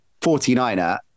49er